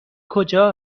کجا